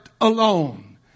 alone